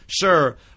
Sure